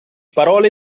parole